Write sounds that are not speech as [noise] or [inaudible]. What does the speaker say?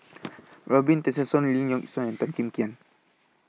[noise] Robin Tessensohn Lee Yock Suan and Tan Kim Tian